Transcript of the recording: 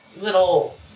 little